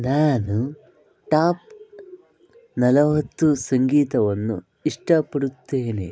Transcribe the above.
ನಾನು ಟಾಪ್ ನಲವತ್ತು ಸಂಗೀತವನ್ನು ಇಷ್ಟಪಡುತ್ತೇನೆ